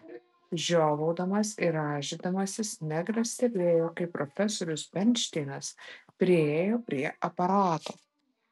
žiovaudamas ir rąžydamasis negras stebėjo kaip profesorius bernšteinas priėjo prie aparato